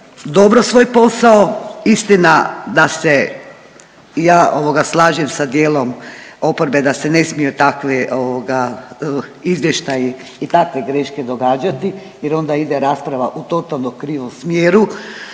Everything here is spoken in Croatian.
dobro svoj posao, istina da se ja ovoga slažem sa dijelom oporbe da se ne smiju takve izvještaji i takve greške događati jer onda ide rasprava u totalno krivom smjeru,